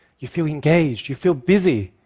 you feel engaged, you feel busy.